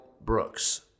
Brooks